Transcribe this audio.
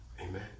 Amen